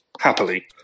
happily